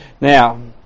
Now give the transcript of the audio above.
Now